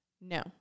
No